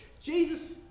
Jesus